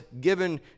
given